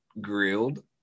grilled